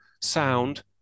sound